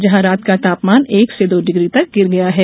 जहां रात का तापमान एक से दो डिग्री तक गिर गया है